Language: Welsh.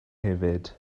hefyd